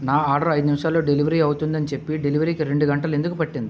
నా ఆర్డరు ఐదు నిమిషాల్లో డెలివరీ అవుతుందని చెప్పి డెలివరీకి రెండు గంటలు ఎందుకు పట్టింది